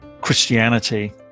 Christianity